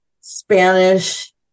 Spanish